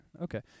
Okay